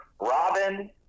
Robin